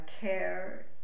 care